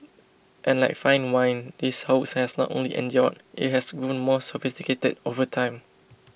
and like fine wine this hoax has not only endured it has grown more sophisticated over time